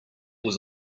was